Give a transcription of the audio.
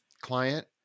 client